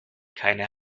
keine